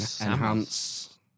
enhance